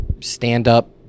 Stand-up